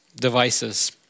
devices